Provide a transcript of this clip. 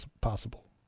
possible